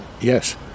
Yes